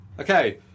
okay